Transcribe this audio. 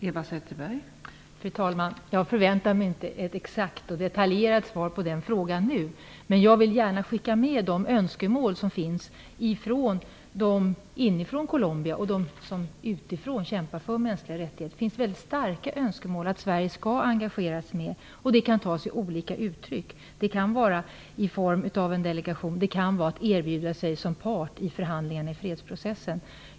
Fru talman! Jag förväntar mig inte ett exakt och detaljerat svar på denna fråga nu. Men jag vill gärna skicka med de önskemål som finns från dem som inifrån och utifrån Colombia kämpar för mänskliga rättigheter. Det finns mycket starka önskemål om att Sverige skall engagera sig mer. Det kan ta sig olika uttryck; det kan vara i form av en delegation, och det kan vara i form av en part i fredsprocessens förhandlingar.